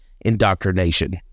indoctrination